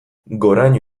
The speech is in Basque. goraño